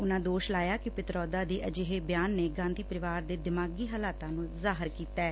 ਉਨਾ ਦੋਸ ਲਾਇਆ ਕਿ ਪਿਤਰੋਦਾ ਦੇ ਅਜਿਹੇ ਬਿਆਨ ਨੇ ਗਾਧੀ ਪਰਿਵਾਰ ਦੇ ਦਿਮਾਗੀ ਹਾਲਾਤਾਂ ਨੂੰ ਜਾਹਿਰ ਕੀਤਾ ਏ